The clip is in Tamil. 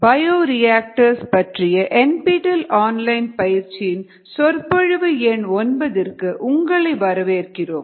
பயோரியாக்டர்ஸ் பற்றிய NPTEL ஆன்லைன் பயிற்சியின் சொற்பொழிவு எண் 9க்கு உங்களை வரவேற்கிறோம்